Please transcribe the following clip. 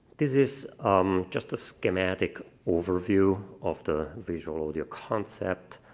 this is um just a schematic overview of the visualaudio concept.